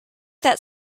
that